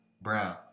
Brown